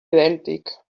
idèntic